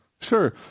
Sure